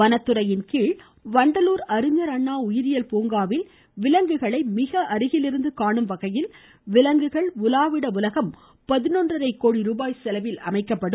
வனத்துறையின் கீழ் வண்டலூர் அறிஞர் அண்ணா உயிரியல் பூங்காவில் விலங்குகளை மிக அருகில் இருந்து காணும் வகையில் விலங்குகள் உலாவிட உலகம் பதினொன்றரை கோடி ரூபாய் செலவில் அமைக்கப்படும்